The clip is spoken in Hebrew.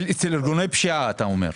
ארגוני פשיעה אתה אומר.